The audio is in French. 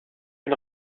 une